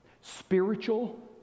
Spiritual